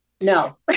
no